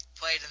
played